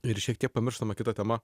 ir šiek tiek pamirštama kita tema